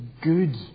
good